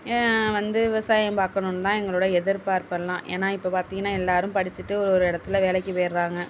வந்து விவசாயம் பார்க்கணும்னு தான் எங்களோட எதிர்பார்ப்பெல்லாம் ஏன்னா இப்போ பார்த்திங்கன்னா எல்லோரும் படித்திட்டு ஒரு ஒரு இடத்தில் வேலைக்கு போய்டுறாங்க